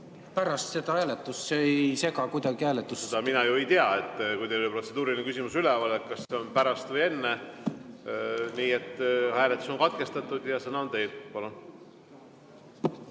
Pärast seda hääletust, see ei sega kuidagi hääletust. Seda mina ju ei tea, et kui teil on protseduuriline küsimus üleval, kas see on pärast või enne. Nii et hääletus on katkestatud ja sõna on teil. Palun!